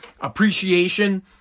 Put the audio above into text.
appreciation